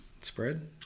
Spread